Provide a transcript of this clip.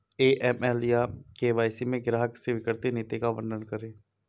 AML या KYC में ग्राहक स्वीकृति नीति का वर्णन करें?